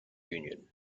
union